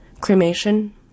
cremation